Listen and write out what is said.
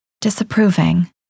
disapproving